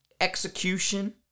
execution